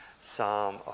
Psalm